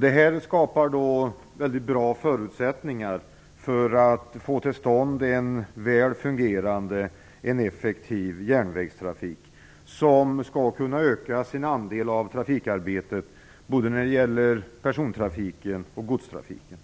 Det här skapar mycket bra förutsättningar för att få till stånd en väl fungerande och effektiv järnvägstrafik som skall kunna öka sin andel av trafikarbetet både när det gäller persontrafiken och godstrafiken.